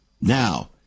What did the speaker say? now